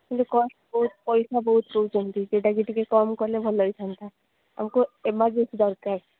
କିନ୍ତୁ କଷ୍ଟ୍ ବହୁତ ପଇସା ବହୁତ କହୁଛନ୍ତି ଯେଉଁଟା କି ଟିକେ କମ୍ କଲେ ଭଲ ହୋଇଥାନ୍ତା ଆମକୁ ଏମର୍ଜେନ୍ସି ଦରକାର